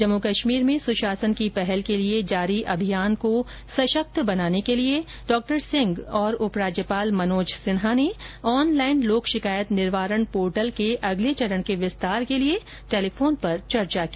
जम्मू कश्मीर में सुशासन की पहल के लिए जारी अभियान को सशक्त बनाने के लिए डॉक्टर सिंह और उप राज्यपाल मनोज सिन्हा ने ऑनलाइन लोक शिकायत निवारण पोर्टल के अगले चरण के विस्तार के लिए टेलिफोन पर चर्चा की